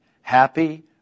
happy